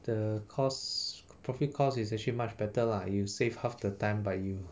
the cost profit cost is actually much better lah you save half the time by you